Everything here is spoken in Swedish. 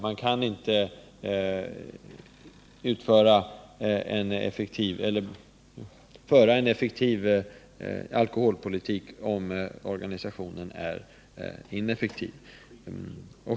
Man kan inte föra en effektiv alkoholpolitik, om organisationen är ineffektiv.